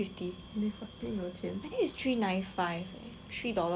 I think is three nine five three dollars and ninety five cents